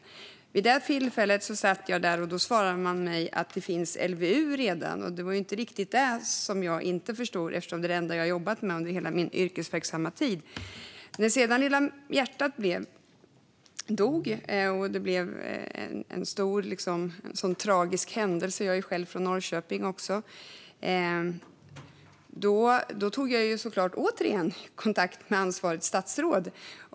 Svaret jag fick var att LVU redan fanns, men det visste jag ju redan eftersom jag har jobbat med det under hela min yrkesverksamma tid. När Lilla hjärtat sedan dog så tragiskt - jag är själv från Norrköping - tog jag åter kontakt med ansvarigt statsråd.